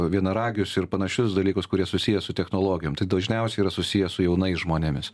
vienaragius ir panašius dalykus kurie susiję su technologijom tai dažniausiai yra susiję su jaunais žmonėmis